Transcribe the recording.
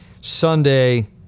Sunday